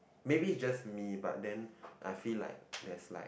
maybe it's just me but then I feel like there's like